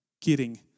Kidding